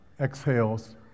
exhales